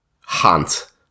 Hunt